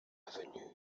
venu